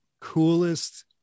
coolest